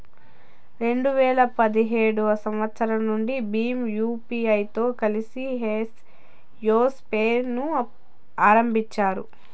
రెండు వేల పదిహేడు సంవచ్చరం నుండి భీమ్ యూపీఐతో కలిసి యెస్ పే ను ఆరంభించారు